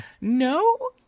no